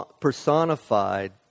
personified